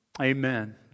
amen